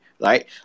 right